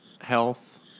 health